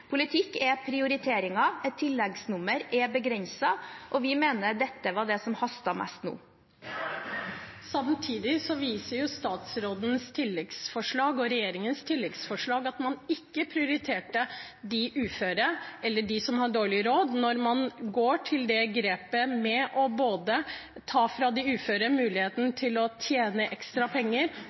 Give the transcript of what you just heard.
Politikk er prioriteringer. En tilleggsproposisjon er begrenset, og vi mener at dette var det som hastet mest nå. Marian Hussain – til oppfølgingsspørsmål. Samtidig viser statsrådens og regjeringens tilleggsforslag at man ikke prioriterer de uføre eller dem som har dårlig råd, når man gjør det grepet med både å ta fra de uføre muligheten til å tjene ekstra penger